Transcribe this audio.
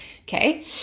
Okay